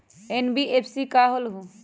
NBFC का होलहु?